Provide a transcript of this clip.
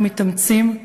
אנחנו מתאמצים,